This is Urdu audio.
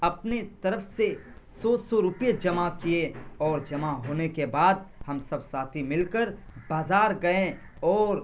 اپنی طرف سے سو سو روپیے جمع کیے اور جمع ہونے کے بعد ہم سب ساتھی مل کر بازار گئے اور